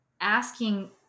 asking